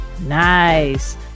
Nice